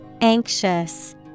Anxious